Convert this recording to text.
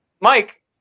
Mike